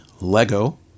Lego